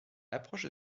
l’approche